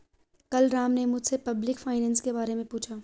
कल राम ने मुझसे पब्लिक फाइनेंस के बारे मे पूछा